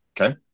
Okay